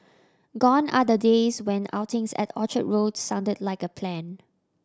gone are the days when outings at Orchard Road sounded like a plan